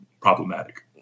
problematic